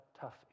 tough